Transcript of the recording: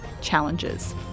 challenges